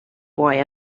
boy